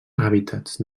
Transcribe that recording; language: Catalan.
hàbitats